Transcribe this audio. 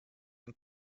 and